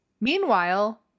meanwhile